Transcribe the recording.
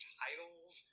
titles